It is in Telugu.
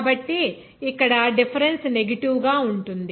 కాబట్టి ఇక్కడ డిఫరెన్స్ నెగటివ్ గా ఉంటుంది